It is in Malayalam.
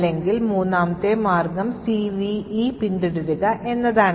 അല്ലെങ്കിൽ മൂന്നാമത്തെ മാർഗം CVE പിന്തുടരുക എന്നതാണ്